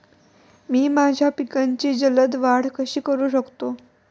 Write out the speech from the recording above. मी माझ्या पिकांची जलद वाढ कशी करू शकतो?